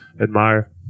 admire